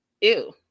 ew